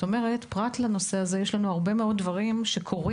פרט לנושא הזה יש לנו הרבה מאוד דברים שקורים,